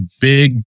big